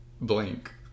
blank